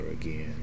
again